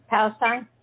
Palestine